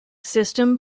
system